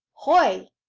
hoy,